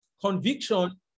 Conviction